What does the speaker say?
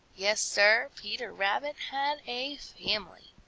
yes, sir, peter rabbit had a family!